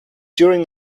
during